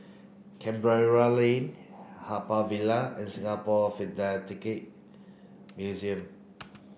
Canberra Lane Haw Par Villa and Singapore Philatelic Museum